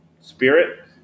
spirit